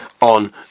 on